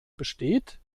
besteht